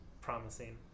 promising